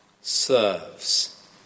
serves